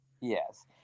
Yes